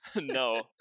No